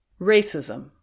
Racism